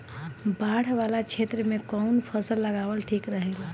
बाढ़ वाला क्षेत्र में कउन फसल लगावल ठिक रहेला?